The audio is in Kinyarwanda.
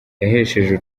yahesheje